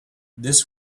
this